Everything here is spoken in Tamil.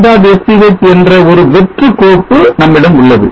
sch என்ற ஒரு வெற்றுகோப்பு நம்மிடம் உள்ளது